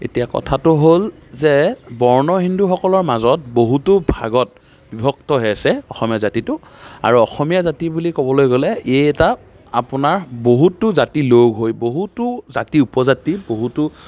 এতিয়া কথাটো হ'ল যে বৰ্ণ হিন্দুসকলৰ মাজত বহুতো ভাগত বিভক্ত হৈ আছে অসমীয়া জাতিটো আৰু অসমীয়া জাতি বুলি ক'বলৈ গ'লে এই এটা আপোনাৰ বহুতো জাতি লগ হৈ বহুতো জাতি উপজাতি বহুতো